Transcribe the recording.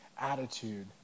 attitude